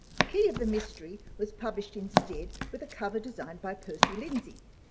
the key of the mystery was published instead with a cover designed by percy lindsay.